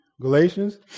Galatians